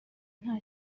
nta